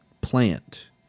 plant